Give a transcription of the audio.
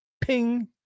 ping